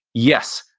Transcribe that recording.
yes,